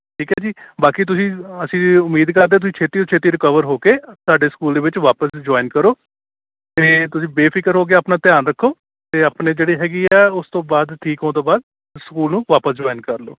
ਠੀਕ ਹੈ ਜੀ ਬਾਕੀ ਤੁਸੀਂ ਅਸੀਂ ਉਮੀਦ ਕਰਦੇ ਤੁਸੀਂ ਛੇਤੀ ਤੋਂ ਛੇਤੀ ਰਿਕਵਰ ਹੋ ਕੇ ਸਾਡੇ ਸਕੂਲ ਦੇ ਵਿੱਚ ਵਾਪਸ ਜੁਆਇਨ ਕਰੋ ਅਤੇ ਤੁਸੀਂ ਬੇਫ਼ਿਕਰ ਹੋ ਕੇ ਆਪਣਾ ਧਿਆਨ ਰੱਖੋ ਅਤੇ ਆਪਣੇ ਜਿਹੜੇ ਹੈਗੀ ਹੈ ਉਸ ਤੋਂ ਬਾਅਦ ਠੀਕ ਹੋਣ ਤੋਂ ਬਾਅਦ ਸਕੂਲ ਨੂੰ ਵਾਪਸ ਜੁਆਇਨ ਕਰ ਲਓ